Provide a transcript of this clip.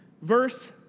Verse